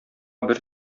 бер